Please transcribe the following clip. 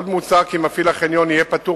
עוד מוצע כי מפעיל החניון יהיה פטור